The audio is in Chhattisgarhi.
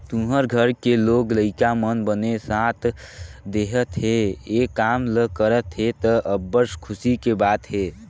तुँहर घर के लोग लइका मन बने साथ देहत हे, ए काम ल करत हे त, अब्बड़ खुसी के बात हे